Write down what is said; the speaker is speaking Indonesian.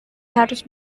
harus